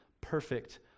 perfect